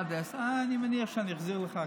אני מניח שאני אחזיר לך.